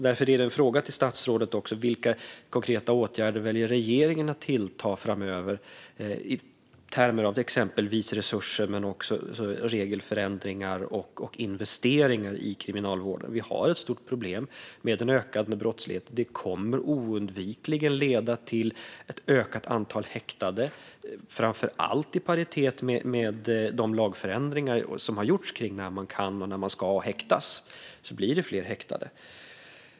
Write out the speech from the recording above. Därför är en fråga till statsrådet: Vilka konkreta åtgärder väljer regeringen att ta till framöver, i termer av exempelvis resurser men även regelförändringar och investeringar i kriminalvården? Vi har ett stort problem med ökad brottslighet. Det kommer oundvikligen att leda till ett ökat antal häktade. Framför allt med tanke på med de lagförändringar som gjorts vad gäller när man kan och ska häktas kommer det att bli fler häktade.